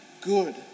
good